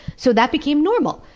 so that became normal.